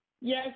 Yes